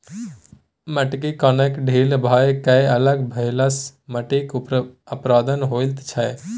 माटिक कणकेँ ढील भए कए अलग भेलासँ माटिक अपरदन होइत छै